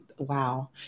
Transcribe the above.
Wow